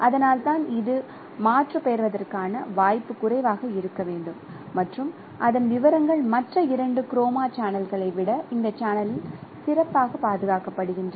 அதனால்தான் இது மாற்றுப்பெயர்வதற்கான வாய்ப்பு குறைவாக இருக்க வேண்டும் மற்றும் அதன் விவரங்கள் மற்ற இரண்டு குரோமா சேனல்களை விட இந்த சேனலில் சிறப்பாக பாதுகாக்கப்படுகின்றன